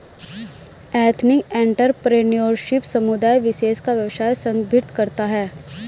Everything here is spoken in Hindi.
एथनिक एंटरप्रेन्योरशिप समुदाय विशेष का व्यवसाय संदर्भित करता है